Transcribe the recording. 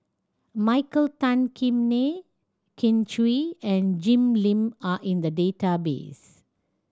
Michael Tan Kim Nei Kin Chui and Jim Lim are in the database